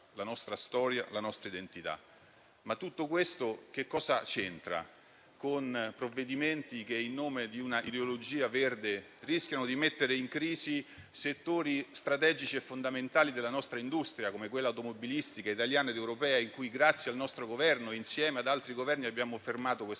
la nostra storia, la nostra identità. Ma tutto questo cosa c'entra con provvedimenti che, in nome di un'ideologia verde, rischiano di mettere in crisi settori strategici fondamentali della nostra industria, come quella automobilistica italiana ed europea? Grazie al nostro Governo e insieme ad altri Governi abbiamo fermato questa